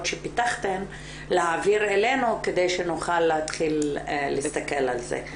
שפיתחתם להעביר אלינו כדי שנוכל להתחיל להסתכל על זה.